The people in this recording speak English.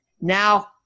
now